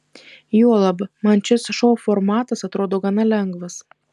juolab man šis šou formatas atrodo gana lengvas